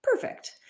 Perfect